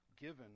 given